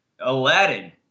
Aladdin